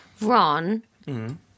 Ron